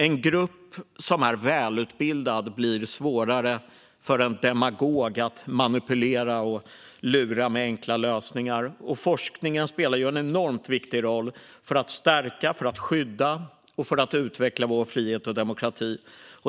En grupp som är välutbildad blir svårare för en demagog att manipulera och lura med enkla lösningar. Forskningen spelar en enormt viktig roll för att stärka, skydda och utveckla vår frihet och demokrati.